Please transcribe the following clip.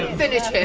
finish